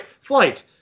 flight